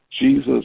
Jesus